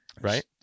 Right